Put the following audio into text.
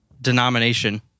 denomination